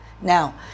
Now